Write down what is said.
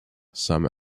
some